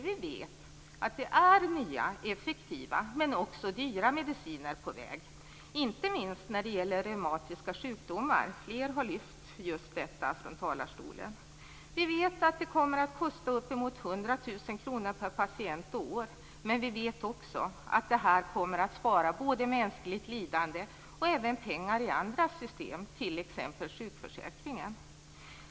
Vi vet att det är nya effektiva men också dyra mediciner på väg, inte minst när det gäller reumatiska sjukdomar, något som också har lyfts fram från talarstolen i denna debatt. Vi vet att det kommer att kosta uppemot 100 000 kr per patient och år, men vi vet också att det här kommer att spara både mänskligt lidande och pengar i andra system, t.ex. sjukförsäkringen.